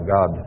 God